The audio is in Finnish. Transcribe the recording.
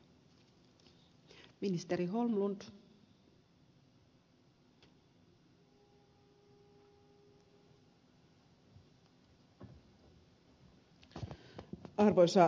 arvoisa rouva puhemies